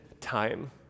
time